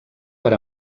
per